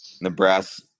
Nebraska